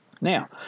now